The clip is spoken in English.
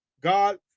God